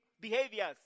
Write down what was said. behaviors